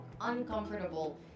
uncomfortable